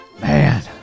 Man